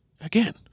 Again